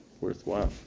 worthwhile